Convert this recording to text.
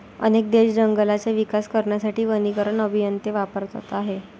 अनेक देश जंगलांचा विकास करण्यासाठी वनीकरण अभियंते वापरत आहेत